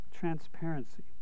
transparency